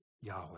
Yahweh